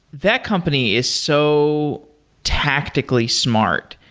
that company is so tactically smart,